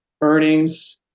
earnings